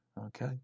okay